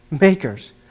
makers